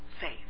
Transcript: faith